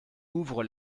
ouvre